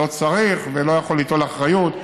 לא צריך ולא יכול ליטול אחריות,